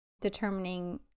determining